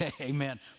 Amen